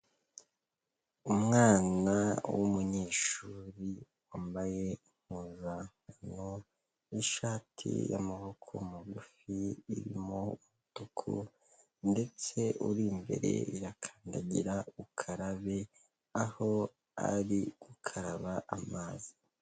Umwana w'umunyeshuri wambaye impuzankano y'ishati y'amaboko magufi irimo umutuku ndetse uri imbere yakandagira ukarabe aho ari gukaraba amazi.